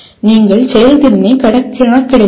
நீங்கள் செயல்திறனைக் கணக்கிடவில்லை